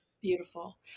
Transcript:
Beautiful